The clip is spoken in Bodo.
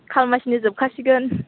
खालमासिनो जोबखासिगोन